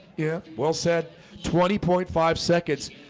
yeah well set twenty point five seconds.